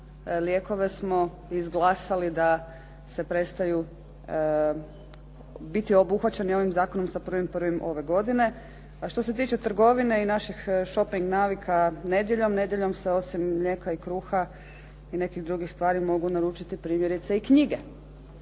Lijekove smo izglasali da se prestaju biti obuhvaćeni ovim zakonom sa 1.1. ove godine. A što se tiče trgovine i naših shoping navika nedjeljom, nedjeljom se osim mlijeka i kruha i nekih drugih stvari mogu naručiti primjerice i knjige.